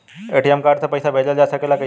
ATM card से पइसा भेजल जा सकेला कइसे?